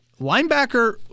Linebacker